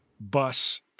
bus